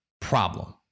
Problem